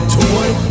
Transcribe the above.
toy